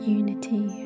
unity